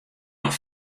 noch